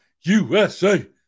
USA